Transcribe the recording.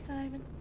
Simon